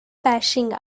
bashing